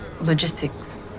logistics